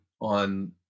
on